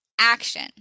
action